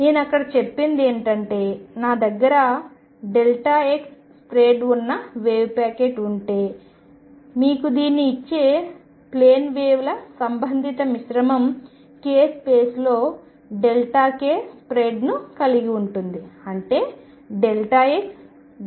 నేను అక్కడ చెప్పినది ఏమిటంటే నా దగ్గర x స్ప్రెడ్ ఉన్న వేవ్ ప్యాకెట్ ఉంటే మీకు దీన్ని ఇచ్చే ప్లేన్ వేవ్ల సంబంధిత మిశ్రమం k స్పేస్లో k స్ప్రెడ్ను కలిగి ఉంటుంది అంటే xk 1